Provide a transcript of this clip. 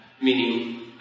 Meaning